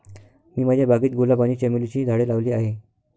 मी माझ्या बागेत गुलाब आणि चमेलीची झाडे लावली आहे